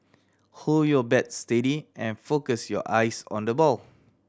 hold your bat steady and focus your eyes on the ball